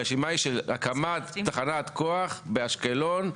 הרשימה היא של הקמת תחנת כוח באשקלון,